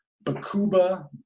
Bakuba